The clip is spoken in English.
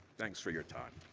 thanks for your time.